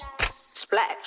Splash